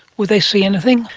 will they see anything?